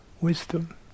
wisdom